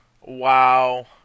Wow